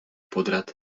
podrad